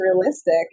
realistic